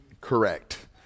correct